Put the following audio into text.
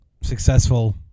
successful